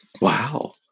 Wow